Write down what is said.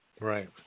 right